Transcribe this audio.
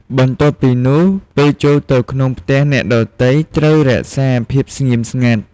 បន្ទាប់ពីនោះ ពេលចូលទៅក្នុងផ្ទះអ្នកដទៃត្រូវរក្សាភាពស្ងៀមស្ងាត់។